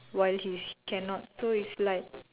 while he's cannot so it's like